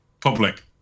public